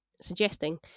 suggesting